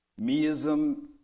Meism